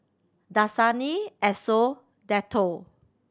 Dasani Esso Dettol